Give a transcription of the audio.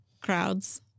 Crowds